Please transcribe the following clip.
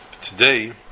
Today